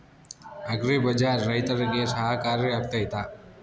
Agri Bazaar ರೈತರಿಗೆ ಸಹಕಾರಿ ಆಗ್ತೈತಾ?